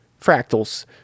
Fractals